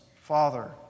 father